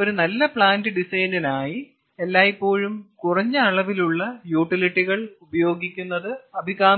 ഒരു നല്ല പ്ലാന്റ് ഡിസൈനിനായി എല്ലായ്പ്പോഴും കുറഞ്ഞ അളവിലുള്ള യൂട്ടിലിറ്റികൾ ഉപയോഗിക്കുന്നത് അഭികാമ്യമാണ്